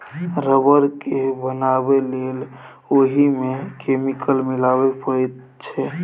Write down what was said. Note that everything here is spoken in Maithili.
रब्बर केँ बनाबै लेल ओहि मे केमिकल मिलाबे परैत छै